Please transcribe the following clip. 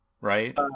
Right